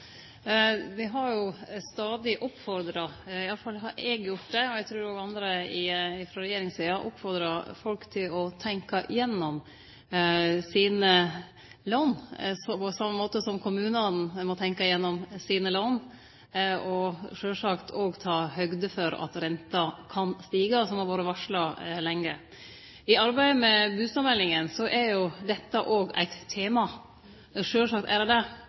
har jo stadig oppfordra folk – iallfall har eg gjort det, og eg trur òg andre frå regjeringssida har gjort det – til å tenkje gjennom sine lån, på same måten som kommunane må tenkje gjennom sine lån, og sjølvsagt òg ta høgd for at renta kan stige, som har vore varsla lenge. I arbeidet med bustadmeldinga er dette òg eit tema – sjølvsagt er det det.